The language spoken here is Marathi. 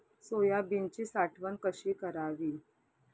सोयाबीनची साठवण कशी करावी?